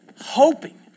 hoping